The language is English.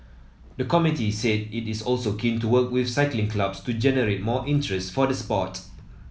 the committee said it is also keen to work with cycling clubs to generate more interest for the sport